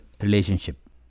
relationship